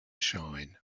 shine